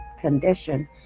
condition